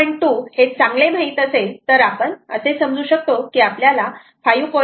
2 हे चांगले माहित असेल तर आपण असे समजू शकतो की आपल्याला 5